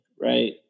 right